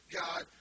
God